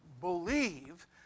believe